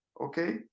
okay